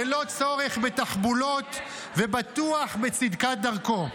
ללא צורך בתחבולות ובטוח בצדקת דרכו.